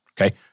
okay